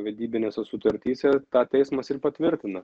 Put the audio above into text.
vedybinėse sutartyse tą teismas ir patvirtina